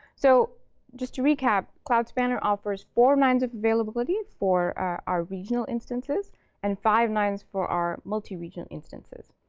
so just to recap, cloud spanner offers four nines of availability for our our regional instances and five nines for our multi-region instances.